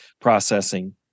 processing